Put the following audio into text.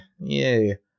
Yay